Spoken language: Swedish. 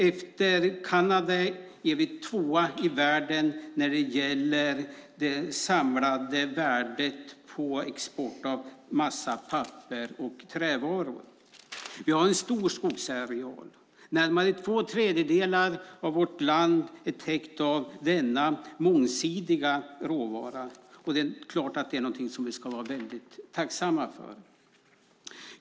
Efter Kanada är vi tvåa i världen när det gäller det samlade värdet av export av massa-, pappers och trävaror. Vi har en stor skogsareal. Närmare två tredjedelar av vårt land är täckt av denna mångsidiga råvara, och det är klart att det är något som vi ska vara väldigt tacksamma för.